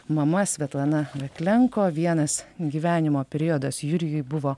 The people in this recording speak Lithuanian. mama svetlana veklenko vienas gyvenimo periodas jurijui buvo